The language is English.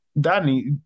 Danny